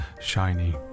shiny